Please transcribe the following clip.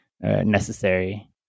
necessary